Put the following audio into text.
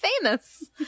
famous